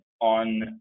on